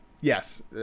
yes